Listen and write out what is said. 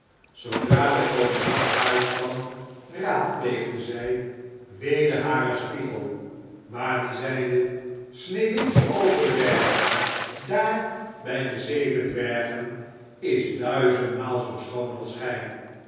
zoodra de koningin te huis kwam raadpleegde zij weder haren spiegel maar die zeide sneeuwwitje over de bergen daar bij de zeven dwergen is duizendmaal zoo schoon als gij